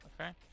okay